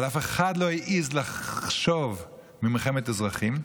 אבל אף אחד לא העז לחשוב על מלחמת אזרחים,